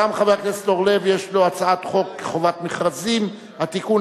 גם חבר הכנסת אורלב יש לו הצעת חוק חובת המכרזים (תיקון,